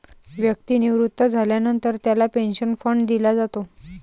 व्यक्ती निवृत्त झाल्यानंतर त्याला पेन्शन फंड दिला जातो